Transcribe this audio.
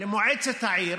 למועצת העיר,